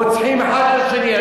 רוצחים אחד את השני.